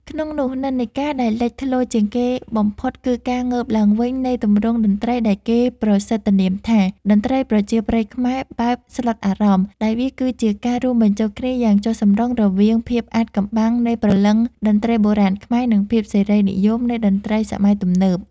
ក្នុងនោះ និន្នាការដែលលេចធ្លោជាងគេបំផុតគឺការងើបឡើងវិញនៃទម្រង់តន្ត្រីដែលគេប្រសិទ្ធនាមថា តន្ត្រីប្រជាប្រិយខ្មែរបែបស្លុតអារម្មណ៍ ដែលវាគឺជាការរួមបញ្ចូលគ្នាយ៉ាងចុះសម្រុងរវាងភាពអាថ៌កំបាំងនៃព្រលឹងតន្ត្រីបុរាណខ្មែរ និងភាពសេរីនិយមនៃតន្ត្រីសម័យទំនើប។